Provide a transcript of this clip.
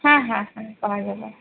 হ্যাঁ হ্যাঁ হ্যাঁ পাওয়া যাবে